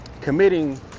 committing